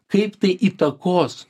kaip tai įtakos